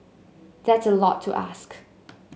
that's a lot to ask